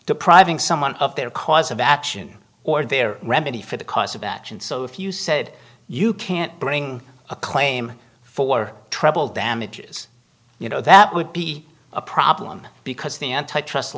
depriving someone of their cause of action or their remedy for the cause of action so if you said you can't bring a claim for treble damages you know that would be a problem because the antitrust